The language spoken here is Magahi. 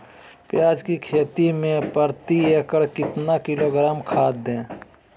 प्याज की खेती में प्रति एकड़ कितना किलोग्राम खाद दे?